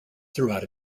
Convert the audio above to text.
throughout